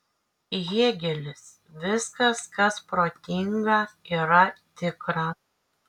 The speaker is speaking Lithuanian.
hėgelis viskas kas protinga yra tikra